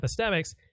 epistemics